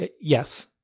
Yes